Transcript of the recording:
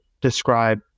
describe